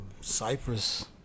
Cyprus